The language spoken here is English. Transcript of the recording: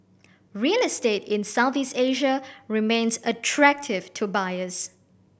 real estate in Southeast Asia remains attractive to buyers